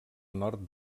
nord